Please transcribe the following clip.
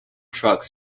trucks